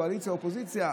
קואליציה או אופוזיציה,